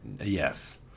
Yes